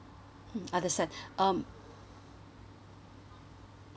mm understand